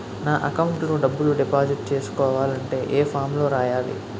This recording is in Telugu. నా అకౌంట్ లో డబ్బులు డిపాజిట్ చేసుకోవాలంటే ఏ ఫామ్ లో రాయాలి?